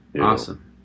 Awesome